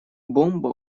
бомба